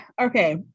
okay